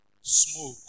smoke